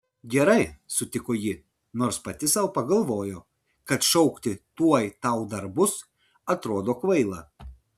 gerai sutiko ji nors pati sau pagalvojo kad šaukti tuoj tau dar bus atrodo kvaila